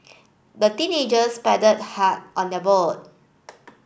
the teenagers paddled hard on their boat